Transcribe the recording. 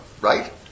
right